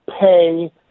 pay